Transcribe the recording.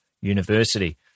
University